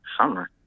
summer